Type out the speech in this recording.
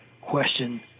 question